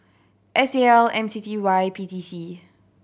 S A L M C C Y P T C